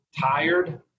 tired